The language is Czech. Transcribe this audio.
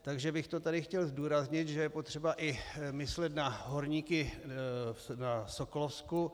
Takže bych to tady chtěl zdůraznit, že je potřeba i myslet na horníky na Sokolovsku.